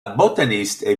botaniste